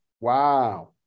Wow